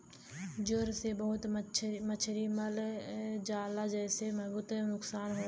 ज्वर से बहुत मछरी मर जाला जेसे बहुत नुकसान होला